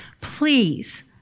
Please